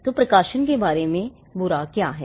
तो प्रकाशन के बारे में बुरा क्या है